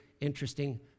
interesting